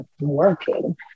working